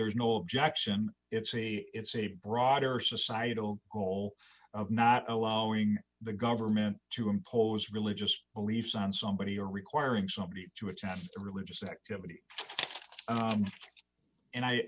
there's no objection it's a it's a broader societal goal of not knowing the government to impose religious beliefs on somebody or requiring somebody to attend a religious activity and i